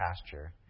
pasture